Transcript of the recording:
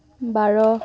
বাৰ